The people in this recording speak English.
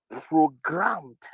programmed